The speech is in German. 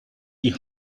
die